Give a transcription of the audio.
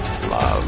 Love